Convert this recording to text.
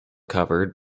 covered